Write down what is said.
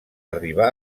arribar